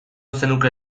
zenuke